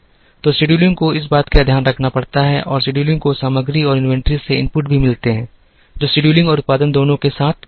तो शेड्यूलिंग को इस बात का ध्यान रखना पड़ता है और शेड्यूलिंग को सामग्री और इन्वेंट्री से इनपुट भी मिलते हैं जो शेड्यूलिंग और उत्पादन दोनों के साथ जुड़ते हैं